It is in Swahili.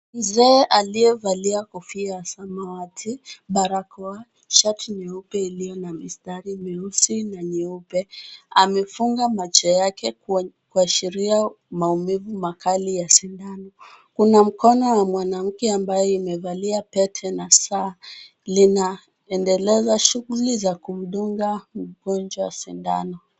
Mzee aliyevalia kofia ya samawati, barakoa, shati nyeupe iliyo na mistari mieusi na nyeupe ,amefunga macho yake kuashiria maumivu makali ya sindano. Kuna mkono wa mwanamke ambaye imevalia pete na saa, linaendeleza shughuli za kumdunga mgonjwa sindano.